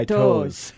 Toes